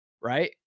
right